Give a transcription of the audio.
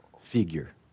figure